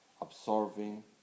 absorbing